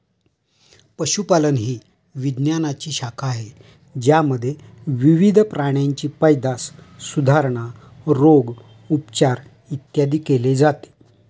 पशुपालन ही विज्ञानाची शाखा आहे ज्यामध्ये विविध प्राण्यांची पैदास, सुधारणा, रोग, उपचार, इत्यादी केले जाते